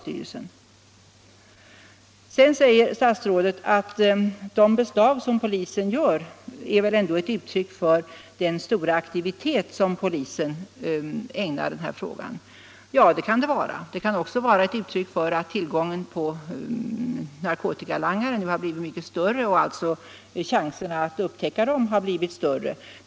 Statsrådet säger vidare att de beslag som polisen gör bör uppfattas som ett uttryck för den stora aktivitet som man ägnar denna fråga. Det kan naturligtvis uppfattas så, men det kan också uppfattas som ett uttryck för att förekomsten av narkotikalangare nu har blivit mycket större och att sålunda också chanserna att upptäcka dem har blivit större.